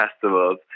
festivals